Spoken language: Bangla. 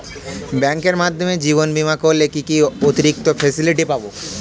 ব্যাংকের মাধ্যমে জীবন বীমা করলে কি কি অতিরিক্ত ফেসিলিটি পাব?